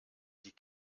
die